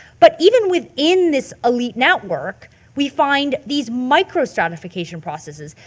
but even within this elite network we find these micro-stratification processes.